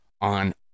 on